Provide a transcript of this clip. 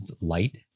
light